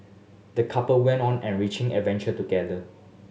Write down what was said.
the couple went on an enriching adventure together